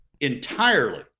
entirely